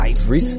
Ivory